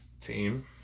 team